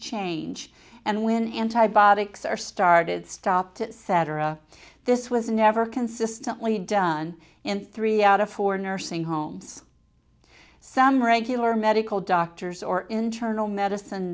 change and when antibiotics are started stopped at cetera this was never consistently done in three out of four nursing homes some regular medical doctors or internal medicine